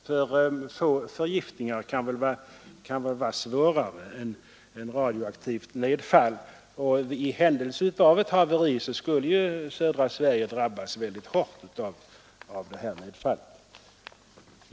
Få förgiftningar är väl svårare än de som följer av radioaktivt nedfall, och i händelse av ett haveri skulle bl.a. södra Sverige drabbas av nedfallet.